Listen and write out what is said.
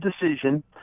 decision